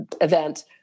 event